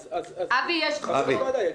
אבי, יש גבולות.